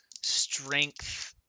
strength